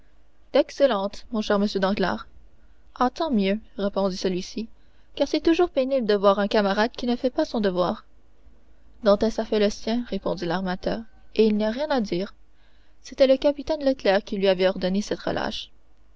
d'excellentes mon cher monsieur danglars ah tant mieux répondit celui-ci car c'est toujours pénible de voir un camarade qui ne fait pas son devoir dantès a fait le sien répondit l'armateur et il n'y a rien à dire c'était le capitaine leclère qui lui avait ordonné cette relâche